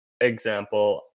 example